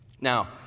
Now